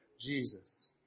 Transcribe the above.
Jesus